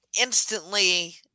instantly